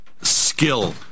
skill